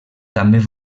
també